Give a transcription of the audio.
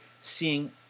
seeing